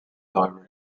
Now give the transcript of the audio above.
however